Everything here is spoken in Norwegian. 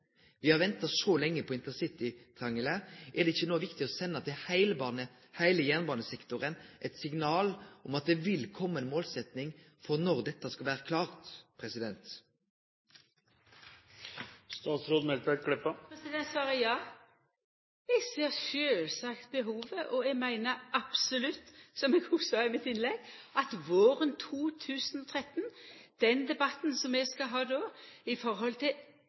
har venta så lenge på intercitytriangelet. Er det ikkje no viktig å sende eit signal til heile jernbanesektoren om at det vil kome ei målsetjing for når dette skal vere klart? Svaret er ja. Eg ser sjølvsagt behovet, og eg meiner absolutt – som eg òg sa i mitt innlegg – at våren 2013, i den debatten som vi skal ha